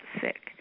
sick